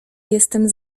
jestem